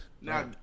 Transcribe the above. Now